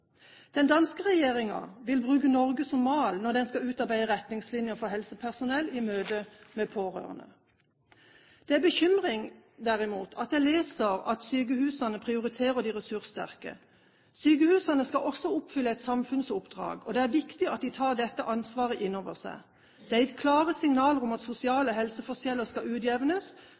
Den danske regjeringen vil bruke Norge som mal når den skal utarbeide retningslinjer for helsepersonell i møtet med pårørende. Det bekymrer derimot når jeg leser at sykehusene prioriterer de ressurssterke. Sykehusene skal også oppfylle et samfunnsoppdrag. Det er viktig at de tar dette ansvaret inn over seg. Det er gitt klare signaler om at sosiale helseforskjeller skal utjevnes.